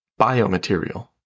Biomaterial